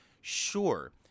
Sure